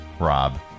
Rob